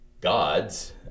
gods